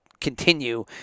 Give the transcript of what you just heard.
continue